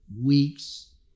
weeks